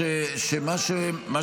אמרה שאחים לנשק לא צריכים להיות במעצר.